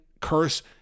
curse